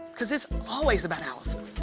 cause it's always about allisyn.